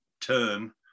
term